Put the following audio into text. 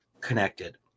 connected